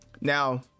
Now